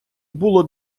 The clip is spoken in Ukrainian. було